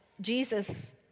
Jesus